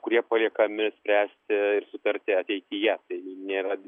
kurie paliekami spręsti ir sutarti ateityje tai nėra